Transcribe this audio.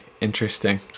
interesting